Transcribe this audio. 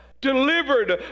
delivered